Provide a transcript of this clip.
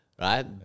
right